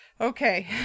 Okay